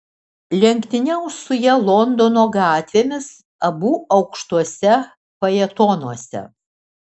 lenktyniaus su ja londono gatvėmis abu aukštuose fajetonuose